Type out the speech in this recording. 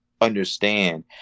understand